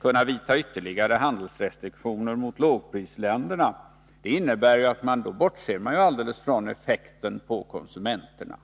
kunna vidta ytterligare handelsrestriktioner mot lågprisländerna innebär att man bortser från effekten på konsumenterna.